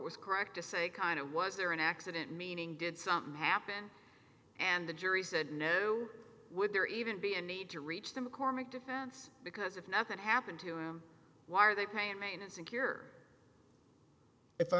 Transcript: was correct to say kind of was there an accident meaning did something happen and the jury said no would there even be a need to reach the mccormack defense because if nothing happened to him why are they paying me in a secure if i